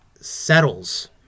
settles